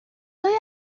های